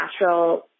natural